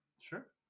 Sure